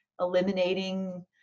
eliminating